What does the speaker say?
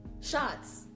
Shots